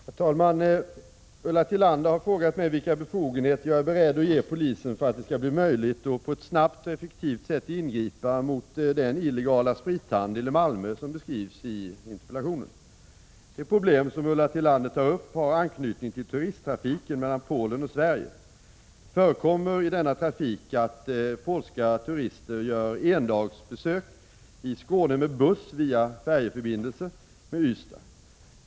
Herr talman! Ulla Tillander har frågat mig vilka befogenheter jag är beredd att ge polisen för att det skall bli möjligt att på ett snabbt och effektivt sätt ingripa mot den illegala sprithandel i Malmö som beskrivs i interpellationen. Det problem som Ulla Tillander tar upp har anknytning till turisttrafiken mellan Polen och Sverige. Det förekommer i denna trafik att polska turister gör endagsbesök i Skåne med buss via färjeförbindelsen med Ystad.